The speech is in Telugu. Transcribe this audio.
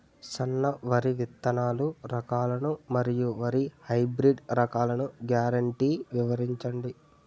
సన్న వరి విత్తనాలు రకాలను మరియు వరి హైబ్రిడ్ రకాలను గ్యారంటీ వివరించండి?